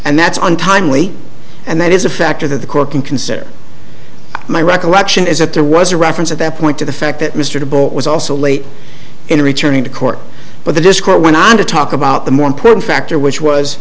and that's untimely and that is a factor that the court can consider my recollection is that there was a reference at that point to the fact that mr boat was also late in returning to court but the discord went on to talk about the more important factor which was